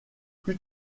plus